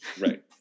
Right